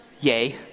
Yay